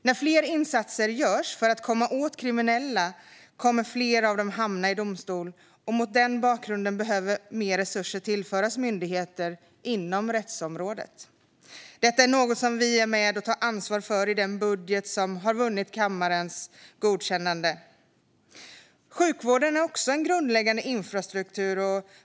När fler insatser görs för att komma åt kriminella kommer fler av dem att hamna i domstol. Mot den bakgrunden behöver mer resurser tillföras myndigheter inom rättsområdet. Detta är något som vi är med och tar ansvar för i den budget som har vunnit kammarens godkännande. Sjukvården är också grundläggande infrastruktur.